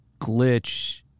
Glitch